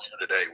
today